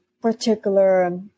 particular